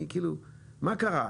כאילו, מה קרה?